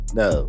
no